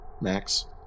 max